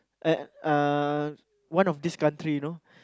and uh one of these country you know